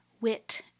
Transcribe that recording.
wit